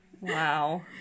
wow